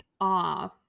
off